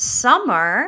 summer